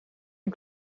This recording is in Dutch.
een